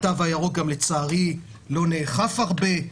התו הירוק לצערי לא נאכף הרבה,